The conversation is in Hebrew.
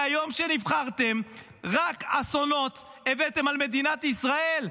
מהיום שנבחרתם רק אסונות הבאתם על מדינת ישראל.